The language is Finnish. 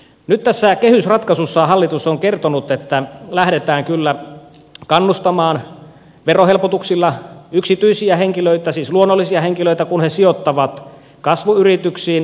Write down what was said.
nyt tässä kehysratkaisussaan hallitus on kertonut että lähdetään kyllä kannustamaan verohelpotuksilla yksityisiä henkilöitä siis luonnollisia henkilöitä kun he sijoittavat kasvuyrityksiin pääomia